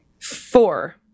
four